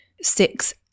six